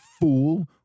fool